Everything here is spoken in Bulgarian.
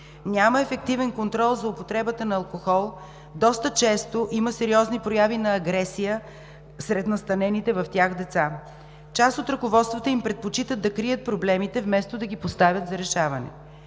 Няма ефективен контрол за употребата на алкохол, доста често има сериозни прояви на агресия сред настанените в тях деца. Част от ръководствата им предпочита да крие проблемите, вместо да ги постави за решаване.